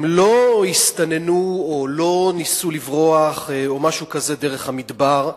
הם לא הסתננו או לא ניסו לברוח או משהו כזה דרך המדבר.